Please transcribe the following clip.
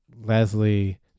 leslie